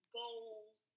goals